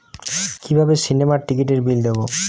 কিভাবে সিনেমার টিকিটের বিল দেবো?